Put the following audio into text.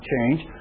change